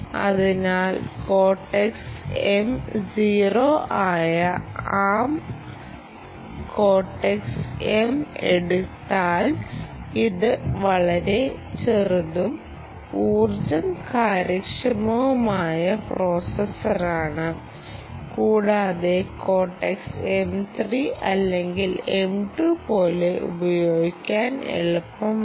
അതിനാൽ cortex M0 ആയ ARM cortex M എടുത്താൽ അത് വളരെ ചെറുതും ഊർജ്ജ കാര്യക്ഷമവുമായ പ്രോസസ്സറാണ് കൂടാതെ കോർട്ടെക്സ് M3 അല്ലെങ്കിൽ M2 പോലെ ഉപയോഗിക്കാൻ എളുപ്പമാണ്